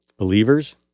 believers